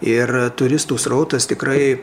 ir turistų srautas tikrai